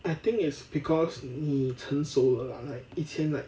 I think it's because 你成熟了 lah like 以前 like